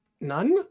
none